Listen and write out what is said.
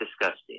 disgusting